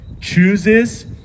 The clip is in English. chooses